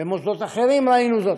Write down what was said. במוסדות אחרים ראינו זאת.